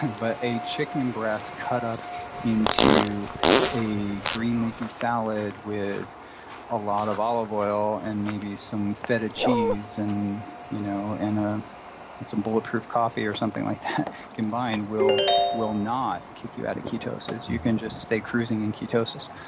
and but a chicken breast cut up into a green leafy salad with a lot of olive oil and maybe some feta cheese and you know and um and some bulletproof coffee or something like that combined will will not kick you out of ketosis. you can just stay cruising in ketosis.